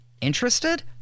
Interested